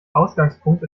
ausgangspunkt